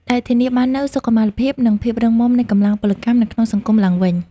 ដែលធានាបាននូវសុខុមាលភាព និងភាពរឹងមាំនៃកម្លាំងពលកម្មនៅក្នុងសង្គមឡើងវិញ។